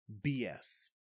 BS